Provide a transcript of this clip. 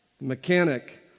Mechanic